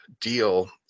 deal